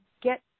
get